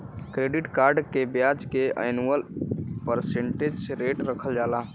credit cards के ब्याज के एनुअल परसेंटेज रेट रखल जाला